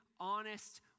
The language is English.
honest